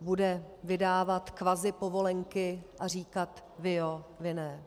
bude vydávat kvazipovolenky a říkat vy jo, vy ne.